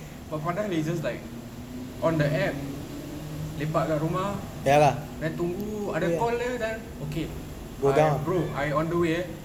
but padehal he just like on the app lepak kat rumah then tunggu ada call jer the eh bro I on the way eh